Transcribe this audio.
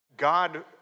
God